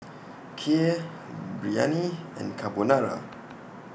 Kheer Biryani and Carbonara